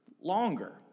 longer